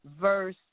Verse